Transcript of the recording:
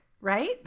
right